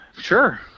Sure